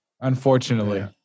Unfortunately